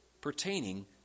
pertaining